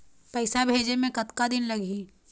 पैसा भेजे मे कतका दिन लगही?